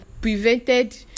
prevented